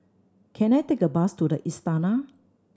can I take a bus to The Istana